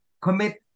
commit